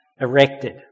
erected